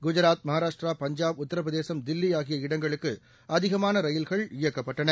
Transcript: குஜராத் மகாராஷ்டிரா பஞ்சாப் உத்தரப்பிரதேசம் தில்லி ஆகிய இடங்களுக்கு அதிகமான ரயில்கள் இயக்கப்பட்டன